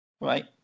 Right